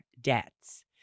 debts